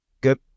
Good